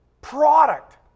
product